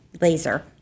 laser